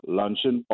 luncheon